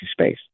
space